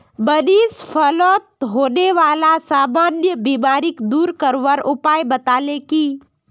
मनीष फलत होने बाला सामान्य बीमारिक दूर करवार उपाय बताल की